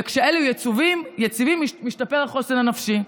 כשאלו יציבים משתפר החוסן הנפשי.